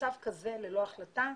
מצב כזה ללא החלטה,